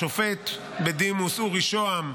השופט בדימוס אורי שהם,